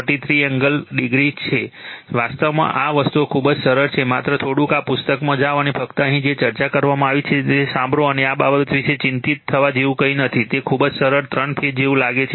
43o છે વાસ્તવમાં આ વસ્તુઓ ખૂબ જ સરળ છે માત્ર થોડુંક આ પુસ્તકમાં જાવ અને ફક્ત અહીં જે ચર્ચા કરવામાં આવી છે તે સાંભળો અને આ બાબત વિશે ચિંતિત થવા જેવું કંઈ નથી તે ખૂબ જ સરળ ૩ ફેઝ જેવું લાગે છે